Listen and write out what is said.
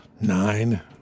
Nine